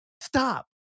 stop